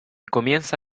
comienza